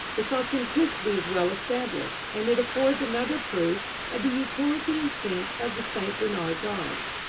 its authenticity is well established, and it affords another proof of the utility and sense of the st. bernard dogs.